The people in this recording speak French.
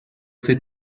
ses